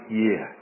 year